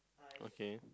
okay